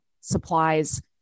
supplies